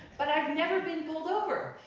but i've never been pulled over!